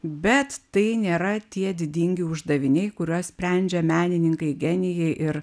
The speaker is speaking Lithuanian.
bet tai nėra tie didingi uždaviniai kuriuos sprendžia menininkai genijai ir